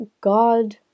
God